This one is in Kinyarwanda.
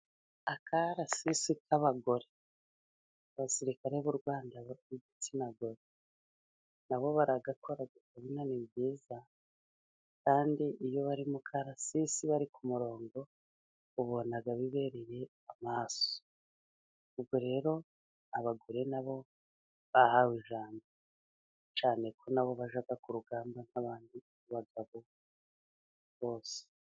Akarasisi k'abagore. Abasirikare b'u rwanda b'igitsina gore na bo baragakora ukabona ni byiza, kandi iyo bari mu kararasisi bari ku murongo, ubona bibereye amaso. Ubwo rero abagore nabo bahawe ijambo, cyane ko na bo bajya ku rugamba nk'abandi bagabo bose.